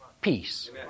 peace